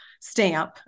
stamp